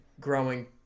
growing